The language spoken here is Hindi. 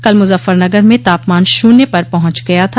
कल मुजफ्फरनगर में तापमान शून्य पर पहुंच गया था